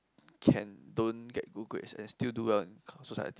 can don't get good grades and still do well in society